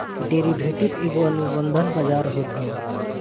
derivative एगो अनुबंध बाजार होत हअ